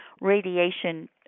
radiation